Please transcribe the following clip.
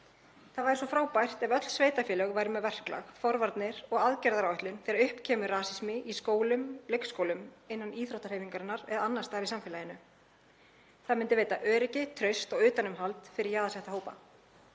Það væri svo frábært ef öll sveitarfélög væru með verklag, forvarnir og aðgerðaáætlun þegar upp kemur rasismi í skólum, leikskólum, innan íþróttahreyfingarinnar eða annars staðar í samfélaginu. Það myndi veita öryggi, traust og utanumhald fyrir jaðarsetta hópa.